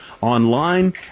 online